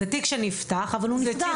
זה תיק שנפתח אבל הוא נפתח